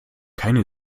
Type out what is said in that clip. keine